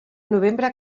novembre